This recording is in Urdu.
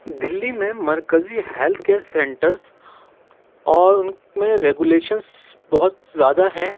دہلی میں مرکزی ہیلتھ کیئر سینٹرس اور ان میں ریگولیشنس بہت زیادہ ہیں